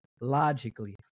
logically